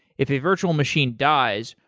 if a virtual machine dies,